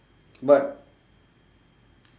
but